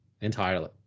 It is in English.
entirely